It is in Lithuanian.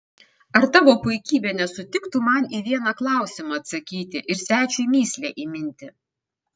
ar tavo puikybė nesutiktų man į vieną klausimą atsakyti ir svečiui mįslę įminti